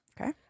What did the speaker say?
Okay